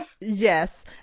yes